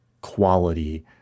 quality